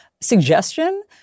suggestion